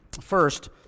First